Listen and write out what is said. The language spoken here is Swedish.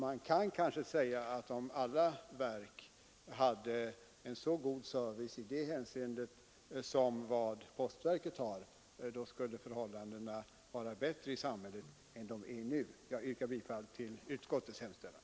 Man kanske också kan säga att om alla verk hade en så god service i detta avseende som postverket har, så skulle förhållandena vara bättre i samhället än de nu är. Herr talman! Jag yrkar bifall till utskottets hemställan.